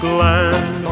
land